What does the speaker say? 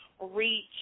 reach